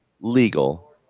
legal